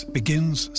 begins